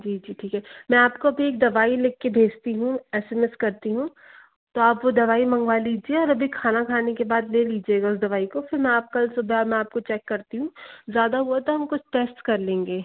जी जी ठीक है मैं आपको अभी एक दवाई लिख के भेजती हूँ एस एम एस करती हूँ तो आप वो दवाई मँगवा लीजिए और अभी खाना खाने के बाद ले लीजिएगा उस दवाई को फिर मैं आप कल सुबह मैं आपको चेक करती हूँ ज़्यादा हुआ तो हम कुछ टेस्ट्स कर लेंगे